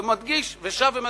אני מדגיש ושב ומדגיש,